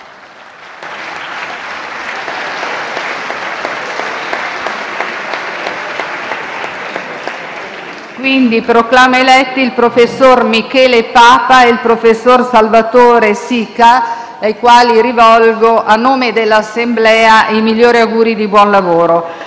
B).* Proclamo eletti il professor Michele Papa e il professor Salvatore Sica, ai quali rivolgo, a nome dell'Assemblea, i migliori auguri di buon lavoro.